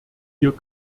hier